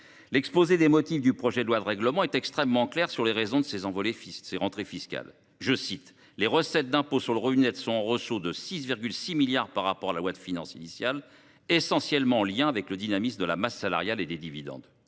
L’exposé des motifs du projet de loi de règlement est extrêmement clair sur les raisons de l’envolée des rentrées fiscales :« Les recettes d’impôt sur le revenu net sont en ressaut de 6,6 milliards d’euros par rapport à la loi de finances initiale, essentiellement en lien avec le dynamisme de la masse salariale et des dividendes. »